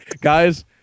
guys